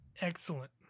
excellent